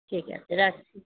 ঠিক আছে রাখছি